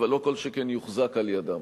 כל שכן יוחזק על-ידם.